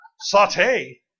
Saute